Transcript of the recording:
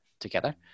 together